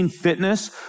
fitness